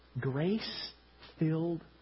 grace-filled